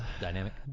dynamic